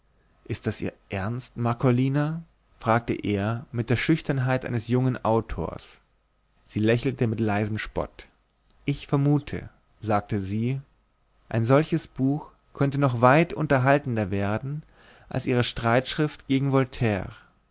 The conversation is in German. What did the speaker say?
ist das ihr ernst marcolina fragte er mit der schüchternheit eines jungen autors sie lächelte mit leisem spott ich vermute sagte sie ein solches buch könnte noch weit unterhaltender werden als ihre streitschrift gegen voltaire